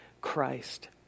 Christ